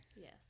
Yes